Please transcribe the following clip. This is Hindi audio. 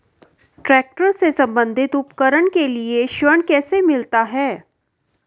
ट्रैक्टर से संबंधित उपकरण के लिए ऋण कैसे मिलता है?